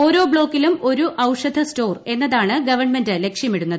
ഓരോ ബ്ലോക്കിലും ഒരു ഔഷധ സ്റ്റോർ എന്നതാണ് ഗവൺമെന്റ് ലക്ഷ്യമിടുന്നത്